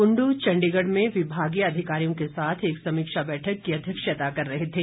कुंडू चण्डीगढ़ में विभागीय अधिकारियों के साथ एक समीक्षा बैठक की अध्यक्षता कर रहे थे